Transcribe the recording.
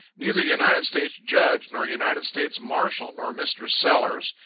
neither united states judge, nor united states marshal, nor mr. sellers,